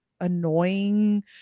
annoying